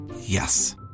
Yes